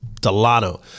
Delano